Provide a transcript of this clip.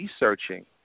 researching